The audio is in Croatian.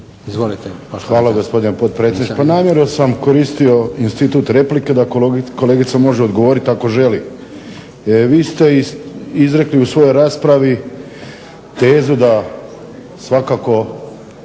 (HDZ)** Hvala gospodine potpredsjedniče. Pa namjerno sam koristio institut replike da kolegica može odgovoriti ako želi. Vi ste izrekli u svojoj raspravi tezu svakako